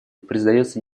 признается